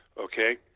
okay